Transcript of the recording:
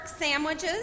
sandwiches